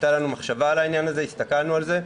הייתה לנו מחשבה על העניין הזה, הסתכלנו על זה.